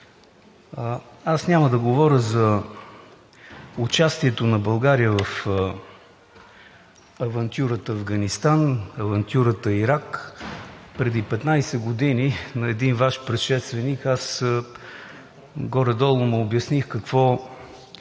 аз няма да говоря за участието на България в авантюрата Афганистан, в авантюрата Ирак. Преди 15 години на един Ваш предшественик му обясних какво